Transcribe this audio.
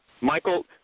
Michael